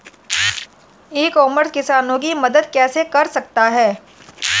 ई commerce किसानों की मदद कैसे कर सकता है?